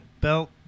Belt